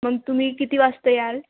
मग तुम्ही किती वाजता याल